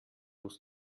muss